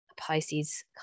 Pisces